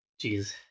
Jeez